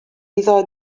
iddo